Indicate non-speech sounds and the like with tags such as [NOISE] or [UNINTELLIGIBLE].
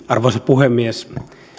[UNINTELLIGIBLE] arvoisa puhemies